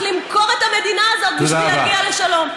למכור את המדינה הזאת בשביל להגיע לשלום.